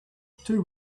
two